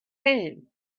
came